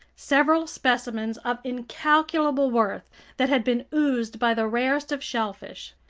several specimens of incalculable worth that had been oozed by the rarest of shellfish.